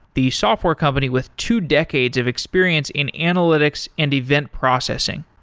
the software company with two decades of experience in analytics and event processing.